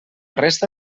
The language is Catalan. resta